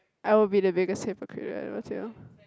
I will be the biggest hypocrite